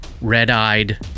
red-eyed